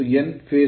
ಮತ್ತು Nph2